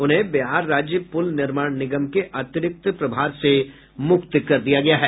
उन्हें बिहार राज्य पुल निर्माण निगम के अतिरिक्त प्रभार से भी मुक्त कर दिया गया है